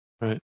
Right